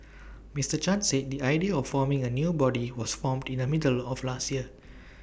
Mister chan said the idea of forming A new body was formed in the middle of last year